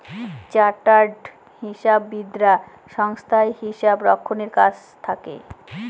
chartered হিসাববিদরা সংস্থায় হিসাব রক্ষণের কাজে থাকে